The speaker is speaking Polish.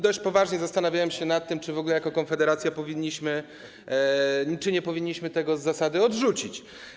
Dość poważnie zastanawiałem się nad tym, czy w ogóle jako Konfederacja nie powinniśmy tego z zasady odrzucić.